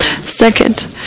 Second